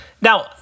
Now